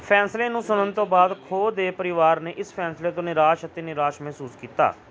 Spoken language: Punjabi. ਫੈਸਲੇ ਨੂੰ ਸੁਣਨ ਤੋਂ ਬਾਅਦ ਖੋ ਦੇ ਪਰਿਵਾਰ ਨੇ ਇਸ ਫੈਸਲੇ ਤੋਂ ਨਿਰਾਸ਼ ਅਤੇ ਨਿਰਾਸ਼ ਮਹਿਸੂਸ ਕੀਤਾ